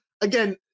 again